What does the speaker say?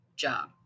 job